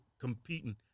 competing